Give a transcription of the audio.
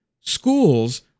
schools